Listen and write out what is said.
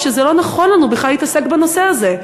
שלא נכון לנו בכלל להתעסק בנושא הזה.